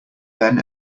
then